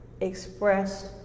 expressed